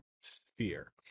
sphere